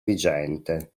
vigente